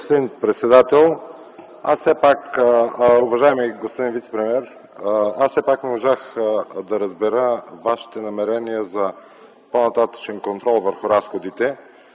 господин председател. Уважаеми господин вицепремиер, все пак не можах да разбера Вашите намерения за по-нататъшен контрол върху разходите.